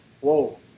Whoa